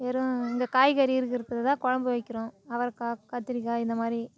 வெறும் இந்த காய்கறி இருக்கிறதுல தான் குழம்பு வைக்கிறோம் அவரைக்கா கத்திரிக்காய் இந்த மாதிரி